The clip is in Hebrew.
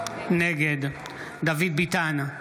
נגד דוד ביטן,